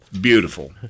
Beautiful